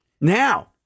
Now